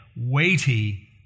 weighty